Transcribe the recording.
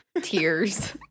tears